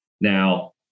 Now